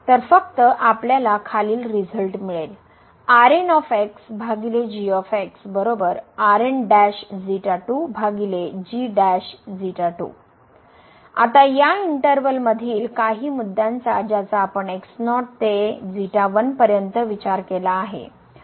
तर फक्त आपल्याला खालील रिझल्ट मिळेल आता या इंटरवल मधील काही मुद्द्यांचा ज्याचा आपण x0 ते पर्यंत विचार केला आहे